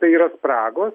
tai yra spragos